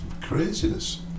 craziness